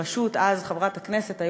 בראשות חברת הכנסת אז,